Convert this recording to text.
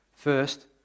First